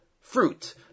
fruit